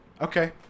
Okay